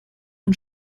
und